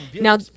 now